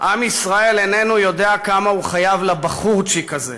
"עם ישראל איננו יודע כמה הוא חייב לבחורצ'יק הזה".